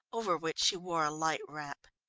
over which she wore a light wrap.